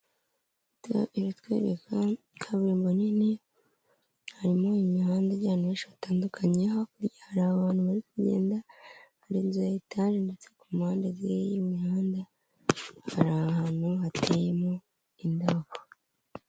Iyi foto iratwereka kaburimbo nini, harimo imihanda ijya ahantu henshi hatandukanye, hakurya hari abantu bari kugenda hari inzu ya etaje ndetse ku mpande z'iyi mihanda hari ahantu hateyemo indabo.